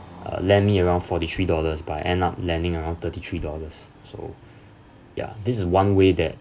uh land me around forty three dollars but I end up landing around thirty three dollars so ya this is one way that